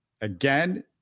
again